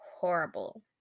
horrible